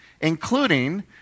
including